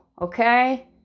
okay